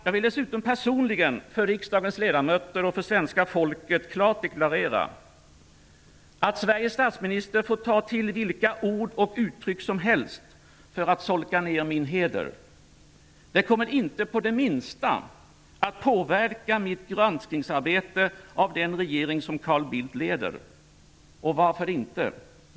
Jag vill dessutom personligen för riksdagens ledamöter och för svenska folket klart deklarera att Sveriges statsminister får ta till vilka ord och uttryck som helst för att solka ner min heder. Det kommer inte det minsta att påverka mitt granskningsarbete av den regering som Carl Bildt leder. Varför inte?